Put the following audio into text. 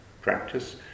practice